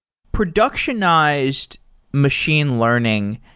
productionized machine learning,